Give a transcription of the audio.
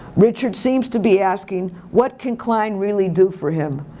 richard seems to be asking what can klein really do for him.